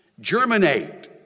germinate